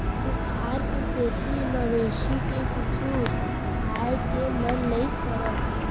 बुखार के सेती मवेशी ल कुछु खाए के मन नइ करय